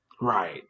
Right